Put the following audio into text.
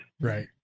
right